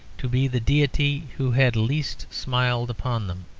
to be the deity who had least smiled upon them.